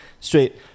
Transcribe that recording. Straight